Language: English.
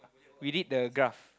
we did the graph